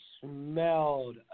smelled